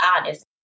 honest